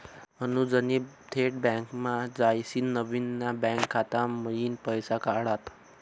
अनुजनी थेट बँकमा जायसीन नवीन ना बँक खाता मयीन पैसा काढात